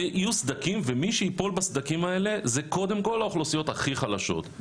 יהיו סדקים ומי שיפול בסדקים האלה זה קודם כל האוכלוסיות הכי חלשות,